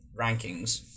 rankings